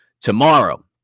tomorrow